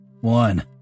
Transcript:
One